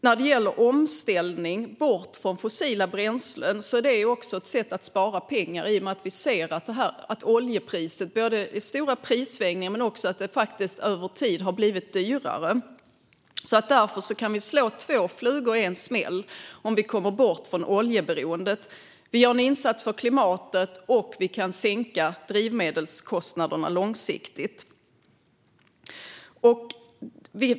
När det gäller omställning bort från fossila bränslen är det också ett sätt att spara pengar i och med att vi ser att oljepriset svänger kraftigt men också har blivit högre över tid. Därför kan vi slå två flugor i en smäll om vi kommer bort från oljeberoendet. Vi gör en insats för klimatet, och vi kan sänka drivmedelskostnaderna på lång sikt.